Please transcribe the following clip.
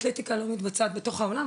אתלטיקה לא מתבצעת בתוך האולם,